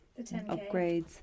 upgrades